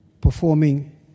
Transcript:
performing